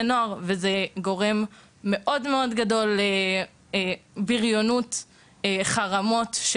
נוער וזה גורם גדול מאוד גם לבריונות ולחרמות,